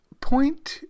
point